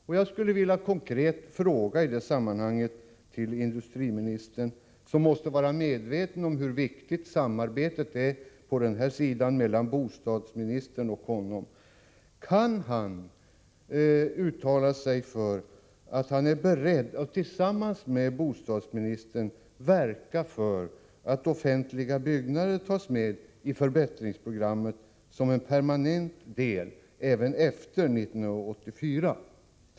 Jag vill därför ställa en konkret fråga till industriministern, som måste vara medveten om hur viktigt samarbetet är mellan honom och bostadsministern: Är industriministern beredd att tillsammans med bostadsministern medverka till att offentliga byggnader tas med i förbättringsprogrammet såsom en permanent del även efter 1984?